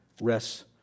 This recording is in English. rests